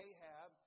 Ahab